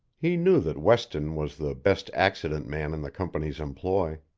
he knew that weston was the best accident man in the company's employ.